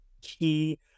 key